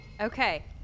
Okay